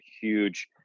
huge